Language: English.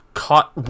caught